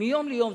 מיום ליום.